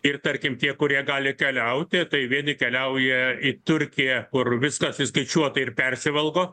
ir tarkim tie kurie gali keliauti tai vieni keliauja į turkiją kur viskas įskaičiuota ir persivalgo